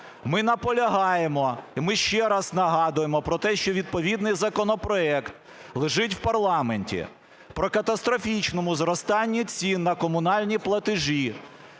Ми наполягаємо, і ми ще раз нагадуємо про те, що відповідний законопроект лежить в парламенті, по катастрофічному зростанню цін на комунальні платежі.